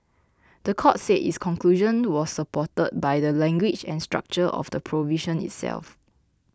the court said its conclusion was supported by the language and structure of the provision itself